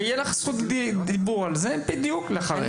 ויהיה לך זכות דיבור על זה, בדיוק אחריה.